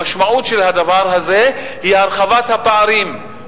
המשמעות של הדבר הזה היא הרחבת הפערים.